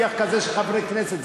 שיח כזה של חברי כנסת,